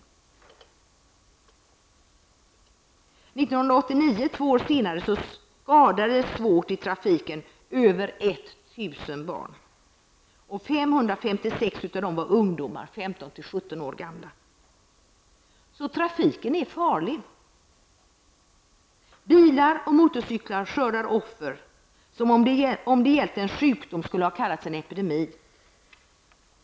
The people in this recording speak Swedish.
1989, två år senare, skadades över 1 000 barn svårt i trafiken. 556 av dessa var ungdomar i åldern 15 till 17 år. Så trafiken är farlig! Bilar och motorcyklar skördar offer i så stort antal att det om det gällt en sjukdom hade kallats epidemi.